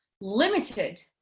limited